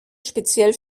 speziell